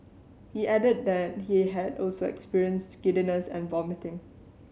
he added that he had also experienced giddiness and vomiting